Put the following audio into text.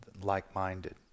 like-minded